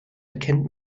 erkennt